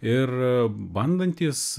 ir bandantys